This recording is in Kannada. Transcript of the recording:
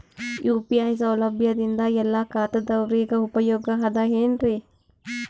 ಯು.ಪಿ.ಐ ಸೌಲಭ್ಯದಿಂದ ಎಲ್ಲಾ ಖಾತಾದಾವರಿಗ ಉಪಯೋಗ ಅದ ಏನ್ರಿ?